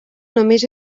només